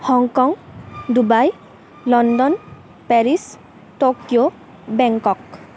Hong Kong Dubai London Paris Tokyo Bangkok